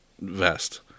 vest